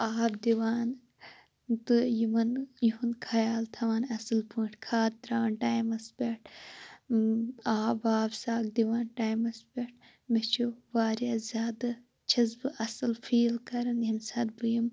آب دِوان تہٕ یِمَن یہُنٛد خَیال تھاوان اَصٕل پٲٹھۍ کھاد تَرٛاوان ٹَایمَس پیٚٹھ آب واب سَگ دِوان ٹایمَس پیٚٹھ مےٚ چھُ واریاہ زیادٕ چھَس بہٕ اَصٕل فیٖل کَران ییٚمہِ ساتہٕ بہٕ یِمہِ